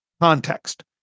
context